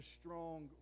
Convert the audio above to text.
strong